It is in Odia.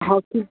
ହଉ ଠିକ୍